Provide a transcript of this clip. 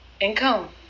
Income